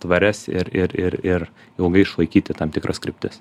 tvarias ir ir ir ir ilgai išlaikyti tam tikras kryptis